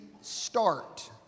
start